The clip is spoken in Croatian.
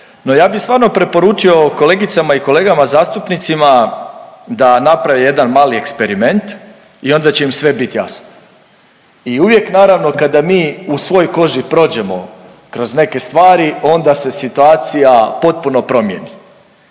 No, ja bih stvarno preporučio kolegicama i kolegama zastupnicima da naprave jedan mali eksperiment i onda će im sve biti jasno. I uvijek naravno kada mi u svojoj koži prođemo kroz neke stvari onda se situacija potpuno promijeni.